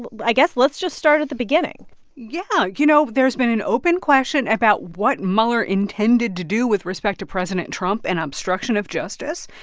but i guess let's just start at the beginning yeah. you know, there's been an open question about what mueller intended to do with respect to president trump and obstruction of justice.